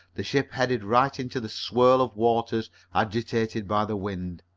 the ship headed right into the swirl of waters agitated by the wind.